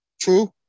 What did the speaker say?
true